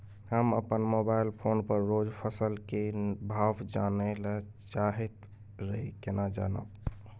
हम अपन mobile phone पर रोज फसल के भाव जानय ल चाहैत रही केना जानब?